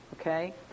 okay